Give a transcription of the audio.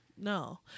No